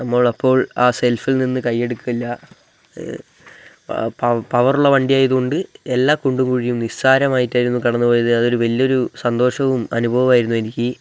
നമ്മളപ്പോൾ ആ സെൽഫിൽ നിന്ന് കയ്യെടുക്കില്ല പവറുള്ള വണ്ടിയായത് കൊണ്ട് എല്ലാ കുണ്ടും കുഴിയും നിസ്സാരമായിട്ടായിരുന്നു കടന്ന് പോയത് അതൊരു വലിയൊരു സന്തോഷവും അനുഭവവും ആയിരുന്നു എനിക്ക്